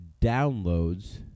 downloads